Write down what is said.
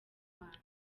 rwanda